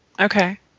Okay